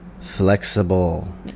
flexible